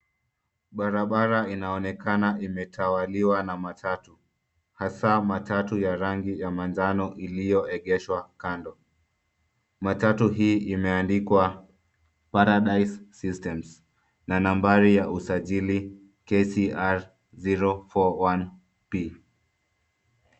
Barabara inaonekana imetawaliwa na matatu hasa matatu ya rangi ya manjano iliyoegeshwa kando. Matatu hii imeandikwa paradise systems na nambari ya usajili KCR 041P.